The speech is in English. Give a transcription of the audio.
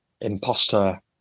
imposter